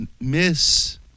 miss